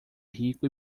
rico